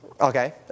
Okay